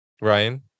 Ryan